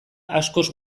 askoz